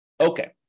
Okay